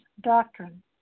doctrine